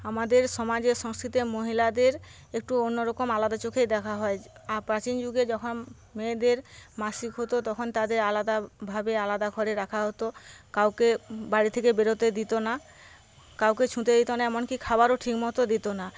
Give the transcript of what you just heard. আমাদের সমাজে সংস্কৃতে মহিলাদের একটু অন্যরকম আলাদা চোখেই দেখা হয় প্রাচীনযুগে যখন মেয়েদের মাসিক হত তখন তাদের আলাদাভাবে আলাদা ঘরে রাখা হত কাউকে বাড়ি থেকে বেরোতে দিত না কাউকে ছুঁতে দিত না এমনকি খাবারও ঠিক মতো দিত না